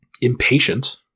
impatient